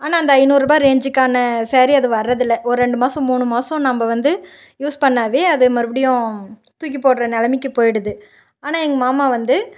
ஆனால் அந்த ஐந்நூறுரூபா ரேஞ்சுக்கான ஸேரீ அது வரதில்லை ஒரு ரெண்டு மாதம் மூணு மாதம் நம்ம வந்து யூஸ் பண்ணாவே அது மறுபடியும் தூக்கி போடுகிற நிலமைக்கி போய்விடுது ஆனால் எங்கள் மாமா வந்து